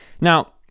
Now